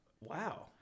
wow